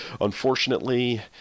Unfortunately